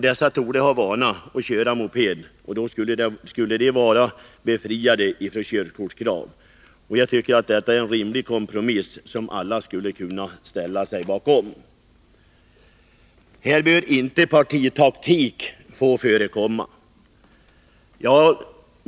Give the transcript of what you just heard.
Dessa torde ha vana att köra moped, och därför skulle de vara befriade från körkortskrav. Jag tycker att detta är en rimlig kompromiss, som alla skulle kunna ställa sig bakom. Här bör inte partitaktik få förekomma.